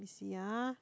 see ah